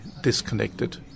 disconnected